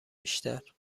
بیشتر